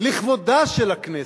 לכבודה של הכנסת,